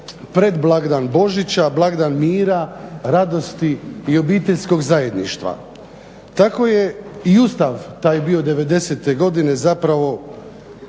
pred blagdan Božića, blagdan mira, radosti i obiteljskog zajedništva. Tako je i Ustav taj bio devedesete godine zapravo